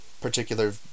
particular